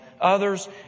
others